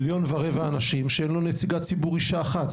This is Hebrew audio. מיליון ורבע אנשים, שאין לו נציגת ציבור אישה אחת.